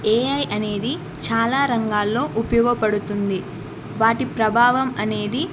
ఏ I అనేది చాలా రంగాల్లో ఉపయోగపడుతుంది వాటి ప్రభావం అనేది